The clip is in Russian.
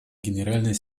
генеральный